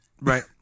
Right